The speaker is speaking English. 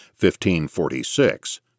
1546